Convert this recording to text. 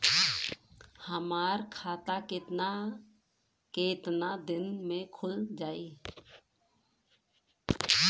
हमर खाता कितना केतना दिन में खुल जाई?